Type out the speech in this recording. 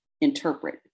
interpret